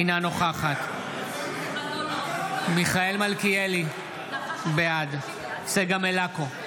אינה נוכחת מיכאל מלכיאלי, בעד צגה מלקו,